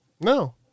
No